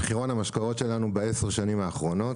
במחירון המשקאות שלנו בעשר השנים האחרונות,